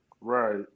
Right